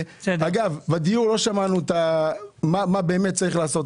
אגב, בדיור לא שמענו מה באמת צריך לעשות.